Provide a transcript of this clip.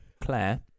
claire